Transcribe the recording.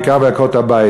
בעיקר בנושא עקרות-הבית.